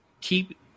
keep